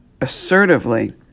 assertively